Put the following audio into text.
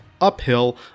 uphill